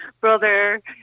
brother